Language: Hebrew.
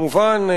כמובן,